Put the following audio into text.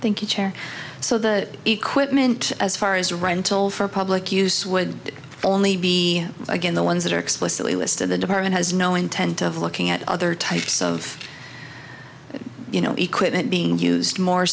chair so the equipment as far as rental for public use would only be again the ones that are explicitly listed the department has no intent of looking at other types of you know equipment being used more